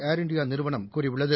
ஏர்இந்தியாநிறுவனம் கூறியுள்ளது